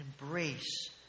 embrace